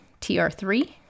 TR3